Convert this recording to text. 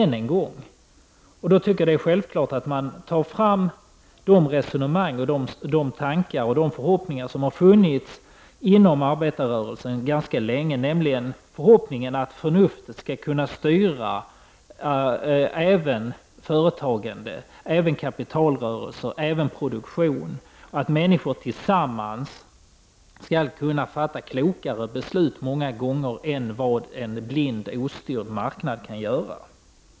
Då tycker jag att det är självklart att man tar fram de resonemang, tankar och förhoppningar som har funnits inom arbetarrörelsen ganska länge, nämligen förhoppningen att förnuftet skall kunna styra även företagande, kapitalrörelser och produktion och att människor tillsammans många gånger skall kunna fatta klokare beslut än vad en blind, ostyrd marknad kan göra.